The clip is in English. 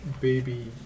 baby